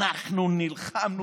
אנחנו נלחמנו.